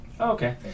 Okay